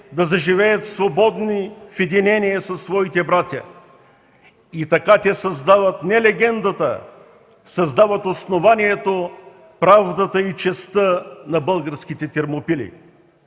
да заживеят свободни в единение със своите братя. И така те създават не легендата, създават основанието, правдата и честта на българските Термопили.